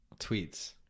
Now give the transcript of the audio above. tweets